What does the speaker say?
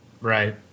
Right